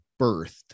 birthed